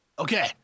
Okay